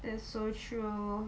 that's so true